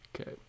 Okay